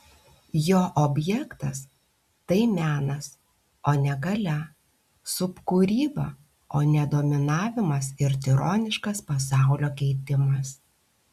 jo objektas tai menas o ne galia subkūryba o ne dominavimas ir tironiškas pasaulio keitimas